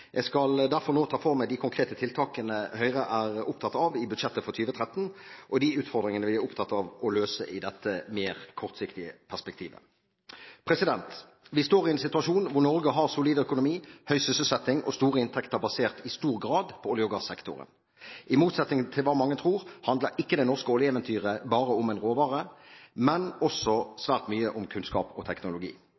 Jeg skal derfor nå ta for meg de konkrete tiltakene Høyre er opptatt av i budsjettet for 2013, og de utfordringene vi er opptatt av å løse i dette mer kortsiktige perspektivet. Vi står i en situasjon hvor Norge har solid økonomi, høy sysselsetting og store inntekter basert i stor grad på olje- og gassektoren. I motsetning til hva mange tror, handler ikke det norske oljeeventyret bare om en råvare, men også